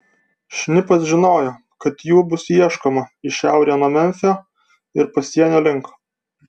šnipas žinojo kad jų bus ieškoma į šiaurę nuo memfio ir pasienio link